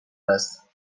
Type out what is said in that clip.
است